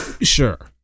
Sure